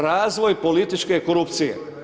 Razvoj političke korupcije.